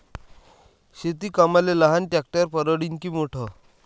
शेती कामाले लहान ट्रॅक्टर परवडीनं की मोठं?